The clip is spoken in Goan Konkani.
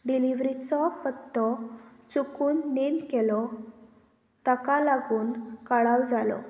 डिलिव्हरीचो पत्तो चुकून नेंद केलो ताका लागून कळाव जालो